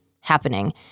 happening